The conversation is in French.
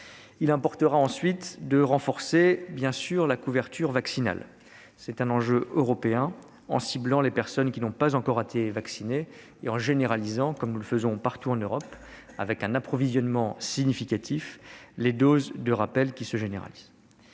Il importe, ensuite, de renforcer la couverture vaccinale, en ciblant les personnes qui n'ont pas encore été vaccinées et en généralisant, comme nous le faisons partout en Europe, avec un approvisionnement significatif, les doses de rappel. Enfin,